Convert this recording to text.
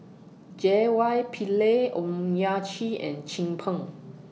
J Y Pillay Owyang Chi and Chin Peng